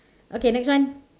okay next one